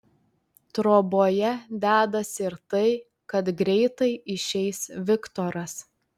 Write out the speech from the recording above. troboje dedasi ir tai kad greitai išeis viktoras